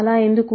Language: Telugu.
అలా ఎందుకు